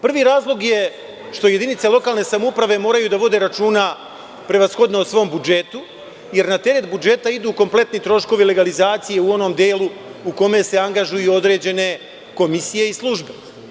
Prvi razlog je što jedinice lokalne samouprave moraju da vode računa prevashodno o svom budžetu, jer na teret budžeta idu kompletni troškovi legalizacije u onom delu u kome se angažuju određene komisije i službe.